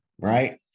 Right